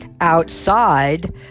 outside